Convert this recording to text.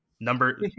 number